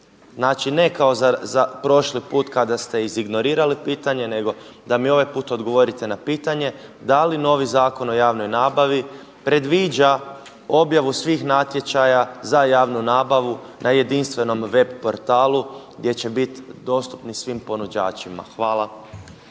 znači ne kao prošli put kada ste iz ignorirali pitanje nego da mi ovaj put odgovorite na pitanje, da li novi Zakon o javnoj nabavi predviđa objavu svih natječaja za javnu nabavu na jedinstvenom web portalu gdje će biti dostupni svim ponuđačima. Hvala.